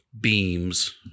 beams